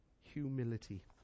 humility